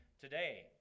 today